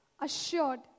assured